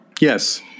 Yes